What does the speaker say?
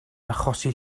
achosi